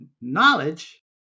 knowledge